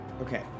Okay